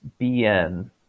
BN